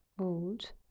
old